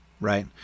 Right